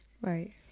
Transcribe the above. right